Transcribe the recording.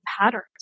patterns